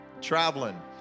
Traveling